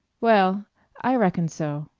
well i reckon so